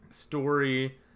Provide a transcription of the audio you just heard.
story